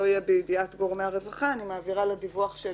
יהיה בידיעת גורמי הרווחה אני מעבירה לדיווח של